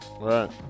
Right